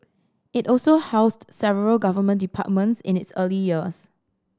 it also housed several Government departments in its early years